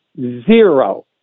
zero